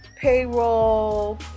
payroll